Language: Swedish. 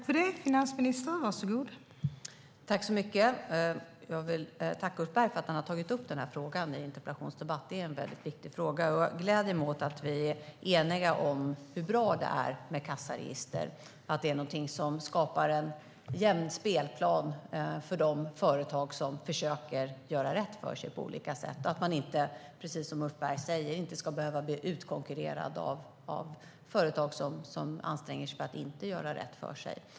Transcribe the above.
Fru talman! Jag vill tacka Ulf Berg för att han har tagit upp denna fråga i en interpellationsdebatt, för det är en viktig fråga. Jag gläder mig över att vi är eniga om hur bra det är med kassaregister och att det är något som skapar en jämn spelplan för de företag som på olika sätt försöker att göra rätt för sig. Precis som Ulf Berg säger ska man inte behöva bli utkonkurrerad av företag som anstränger sig för att inte göra rätt för sig.